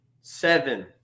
Seven